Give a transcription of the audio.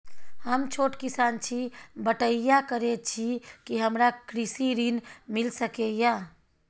हम छोट किसान छी, बटईया करे छी कि हमरा कृषि ऋण मिल सके या?